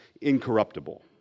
incorruptible